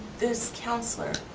this counselor,